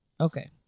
Okay